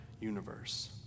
universe